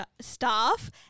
Staff